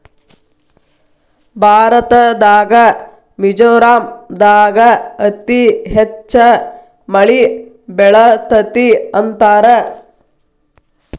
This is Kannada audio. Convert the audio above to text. ಭಾರತದಾಗ ಮಿಜೋರಾಂ ದಾಗ ಅತಿ ಹೆಚ್ಚ ಮಳಿ ಬೇಳತತಿ ಅಂತಾರ